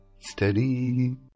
Steady